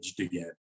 again